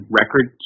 record